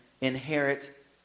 inherit